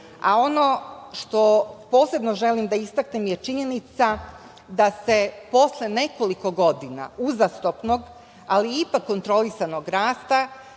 A ono što posebno želim da istaknem je činjenica da se posle nekoliko godina uzastopnog, ali ipak kontrolisanog rasta,